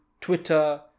Twitter